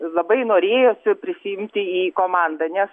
labai norėjosi prisiimti į komandą nes